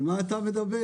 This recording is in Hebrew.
על מה אתה מדבר.